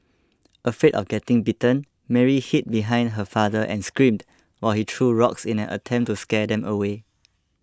afraid of getting bitten Mary hid behind her father and screamed while he threw rocks in an attempt to scare them away